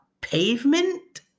pavement